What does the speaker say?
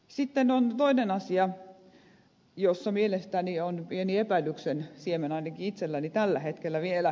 sitten on toinen asia jossa mielestäni on pieni epäilyksen siemen ainakin itselläni tällä hetkellä vielä